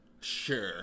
Sure